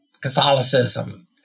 Catholicism